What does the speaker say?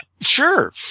sure